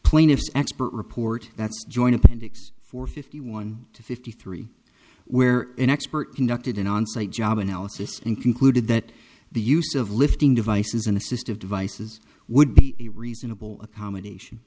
plaintiff's expert report that's joint appendix for fifty one to fifty three where an expert conducted an onsite job analysis and concluded that the use of lifting devices in assistive devices would be a reasonable accommodation